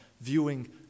viewing